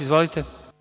Izvolite.